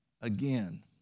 again